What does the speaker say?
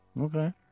Okay